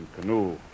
canoe